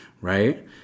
right